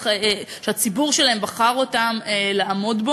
שהציבור שלהם בחר אותם למלא,